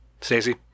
Stacey